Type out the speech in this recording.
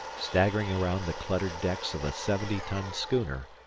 staggering around the cluttered decks of a seventy-ton schooner,